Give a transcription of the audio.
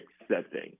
accepting